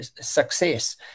success